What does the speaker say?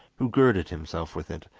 who girded himself with it,